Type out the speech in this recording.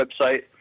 website